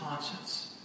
conscience